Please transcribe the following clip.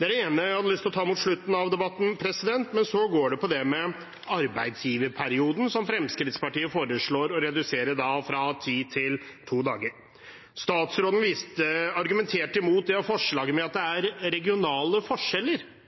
Det var det ene jeg hadde lyst til å ta opp mot slutten av debatten. Så er det det som går på arbeidsgiverperioden, som Fremskrittspartiet foreslår å redusere fra ti til to dager. Statsråden argumenterte mot det forslaget med at det er